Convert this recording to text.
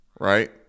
Right